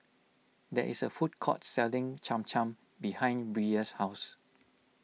there is a food court selling Cham Cham behind Brea's house